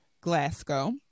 Glasgow